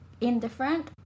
indifferent